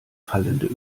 fallende